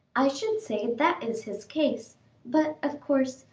i should say that is his case but, of course,